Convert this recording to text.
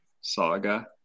saga